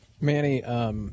Manny